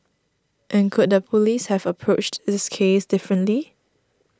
and could the police have approached this case differently